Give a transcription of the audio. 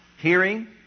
hearing